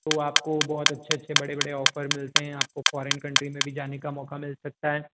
तो आपको बहुत अच्छे बडे़ बडे़ ऑफर मिलते हैं आपको फॉरेन कन्ट्री में भी जाने का मौका मिल सकता है